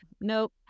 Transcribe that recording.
Nope